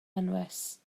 anwes